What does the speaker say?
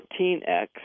14X